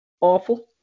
awful